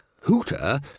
hooter